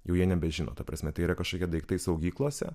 jau jie nebežino ta prasme tai yra kažkokie daiktai saugyklose